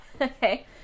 Okay